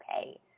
okay